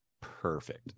perfect